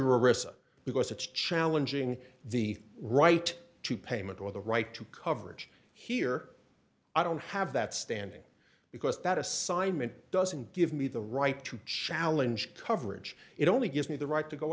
arrest because it's challenging the right to payment or the right to coverage here i don't have that standing because that assignment doesn't give me the right to challenge coverage it only gives me the right to go